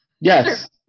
Yes